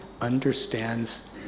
understands